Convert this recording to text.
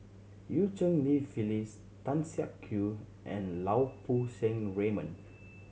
Eu Cheng Li Phyllis Tan Siak Kew and Lau Poo Seng Raymond